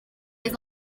les